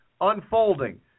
unfolding